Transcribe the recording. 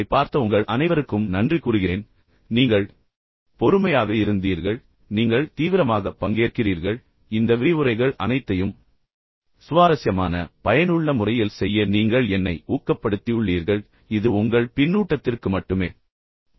இந்த வீடியோக்களைப் பார்த்த உங்கள் அனைவருக்கும் நான் நன்றி கூறுகிறேன் நீங்கள் மிகவும் பொறுமையாக இருந்தீர்கள் நீங்கள் மிகவும் தீவிரமாக பங்கேற்கிறீர்கள் மேலும் இந்த விரிவுரைகள் அனைத்தையும் மிகவும் சுவாரஸ்யமான மற்றும் மிகவும் பயனுள்ள முறையில் செய்ய நீங்கள் உண்மையில் என்னை ஊக்கப்படுத்தியுள்ளீர்கள் இது உங்கள் பின்னூட்டத்திற்கு மட்டுமே